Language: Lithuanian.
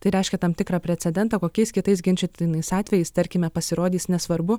tai reiškia tam tikrą precedentą kokiais kitais ginčytinais atvejais tarkime pasirodys nesvarbu